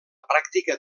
pràctica